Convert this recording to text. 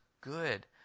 good